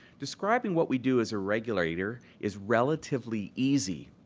describing what we do as a regulator is relatively easy.